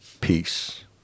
Peace